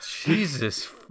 Jesus